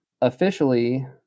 officially